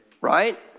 Right